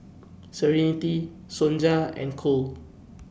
Serenity Sonja and Cole